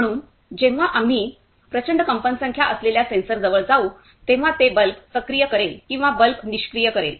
म्हणून जेव्हा आम्ही प्रचंड कंपनसंख्या असलेल्या ध्वनिलहरी सेन्सरजवळ जाऊ तेव्हा ते बल्ब सक्रिय करेल किंवा बल्ब निष्क्रिय करेल